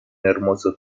hermoso